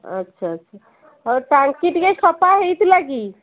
ଆଚ୍ଛା ଆଚ୍ଛା ହଉ ଟାଙ୍କି ଟିକେ ସଫା ହେଇଥିଲା କି